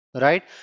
right